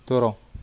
Darrang